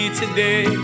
today